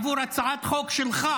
עבור הצעת חוק שלך